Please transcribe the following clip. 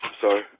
Sorry